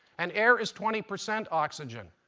and air is twenty percent oxygen.